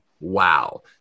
wow